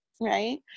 Right